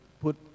put